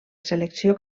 selecció